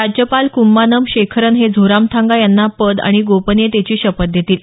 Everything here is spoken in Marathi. राज्यपाल कुम्मानम शेखरन हे झोरामथांगा यांना पद आणि गोपनियतेची शपथ देतील